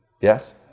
yes